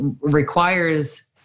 requires